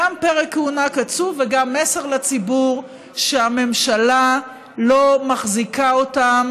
גם פרק כהונה קצוב וגם מסר לציבור שהממשלה לא מחזיקה אותם